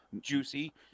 juicy